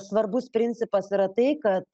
svarbus principas yra tai kad